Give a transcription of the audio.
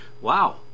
wow